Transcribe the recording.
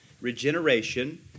Regeneration